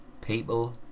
People